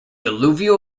alluvial